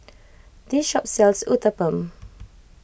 this shop sells Uthapam